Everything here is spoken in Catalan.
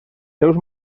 seus